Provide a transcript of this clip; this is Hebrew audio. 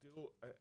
תראו,